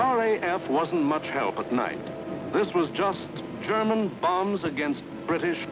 f wasn't much help at night this was just germans bombs against british